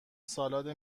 سالاد